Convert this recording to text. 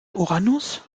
uranus